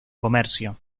comercio